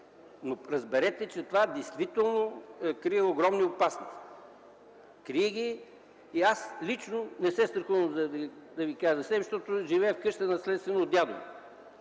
но разберете, че това действително крие огромни опасности. Крие ги! Аз лично не се страхувам за себе си, защото живея в къща, наследствена от дядо